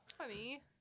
honey